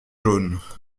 jaunes